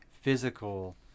physical